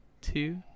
two